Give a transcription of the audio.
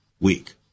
week